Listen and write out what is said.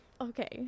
Okay